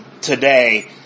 today